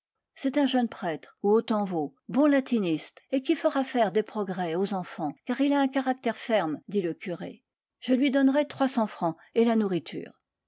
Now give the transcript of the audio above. c'est un jeune prêtre ou autant vaut bon latiniste et qui fera faire des progrès aux enfants car il a un caractère ferme dit le curé je lui donnerai trois cents francs et la nourriture